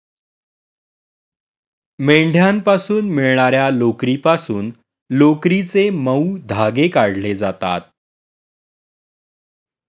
मेंढ्यांपासून मिळणार्या लोकरीपासून लोकरीचे मऊ धागे काढले जातात